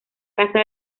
casa